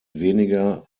weniger